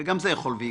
גם זה יכול ויקרה.